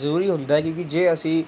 ਜ਼ਰੂਰੀ ਹੁੰਦਾ ਹੈ ਕਿਉਂਕਿ ਜੇ ਅਸੀਂ